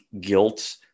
guilt